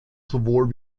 sowohl